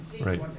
right